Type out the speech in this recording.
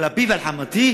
על אפי ועל חמתי,